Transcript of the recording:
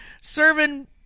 serving